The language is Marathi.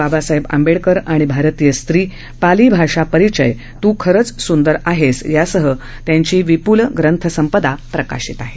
बाबासाहेब आंबेडकर आणि भारतीय स्त्री पाली भाषा परिचय तू खरच सुंदर आहेस यासह त्यांची विपल ग्रंथसंपदा प्रकाशित आहे